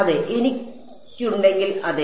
അതെ എനിക്കുണ്ടെങ്കിൽ അതെ